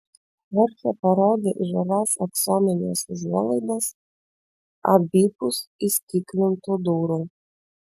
chorchė parodė į žalias aksomines užuolaidas abipus įstiklintų durų